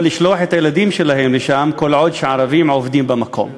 לשלוח את הילדים שלהם לשם כל עוד ערבים עובדים במקום.